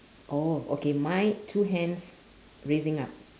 oh okay my two hands raising up